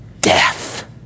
death